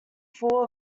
full